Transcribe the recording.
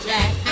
Jack